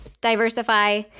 diversify